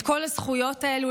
את כל הזכויות האלה,